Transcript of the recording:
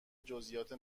جزییات